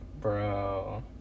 Bro